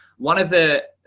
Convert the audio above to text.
one of the,